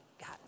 God